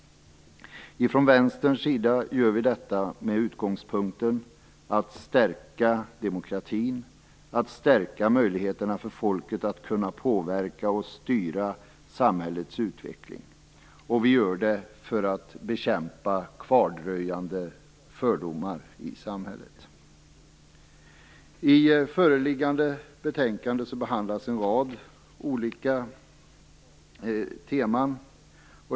Från Vänsterns sida gör vi detta med utgångspunkten att stärka demokratin och möjligheterna för folket att kunna påverka och styra samhällets utveckling, och vi gör det för att bekämpa kvardröjande fördomar i samhället. I föreliggande betänkande behandlas en rad olika teman.